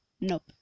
nope